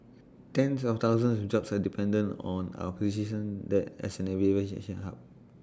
tens of thousands of jobs are dependent on our position that as an aviation shame hub